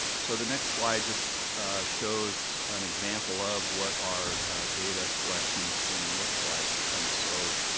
so the next slide just shows an example of what our data collection screen looks like. and so